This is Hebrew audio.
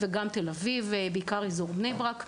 מדובר גם באזור בני ברק.